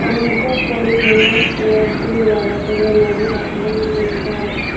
অনুগ্ৰহ কৰি মোৰ স্নেপডীল ৱালেটলৈ ন হাজাৰ টকা প্ৰ'চেছ কৰক